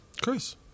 Chris